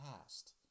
past